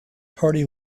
party